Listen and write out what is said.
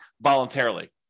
voluntarily